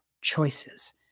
choices